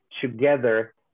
together